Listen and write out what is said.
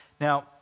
Now